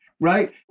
Right